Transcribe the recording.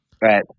Right